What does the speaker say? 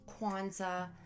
Kwanzaa